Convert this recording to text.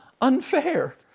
unfair